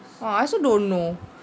uh I also don't know